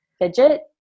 fidget